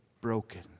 broken